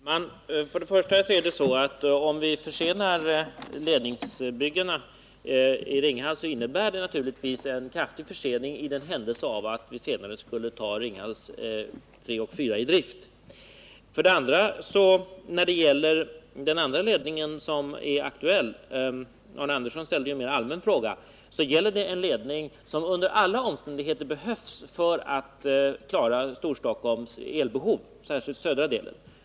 Herr tal nan! För det första är det så att om vi försenar ledningsbyggena i Ringhals innebär det naturligtvis en kraftig försening för den händelse vi senare skulle ta aggregaten Ringhals 3 och Ringhals 4 i drift. För det andra — Arne Andersson ställde ju en mera allmän fråga — är det så att den ledning som är aktuell under alla omständigheter behövs för att klara elbehovet för Storstockholm, särskilt för den södra delen.